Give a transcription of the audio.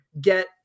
get